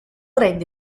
rende